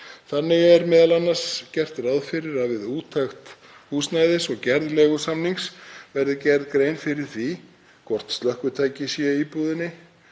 Þannig er m.a. gert ráð fyrir að við úttekt húsnæðis og gerð leigusamnings verði gerð grein fyrir því hvort slökkvitæki sé í íbúðinni,